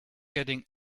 getting